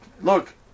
Look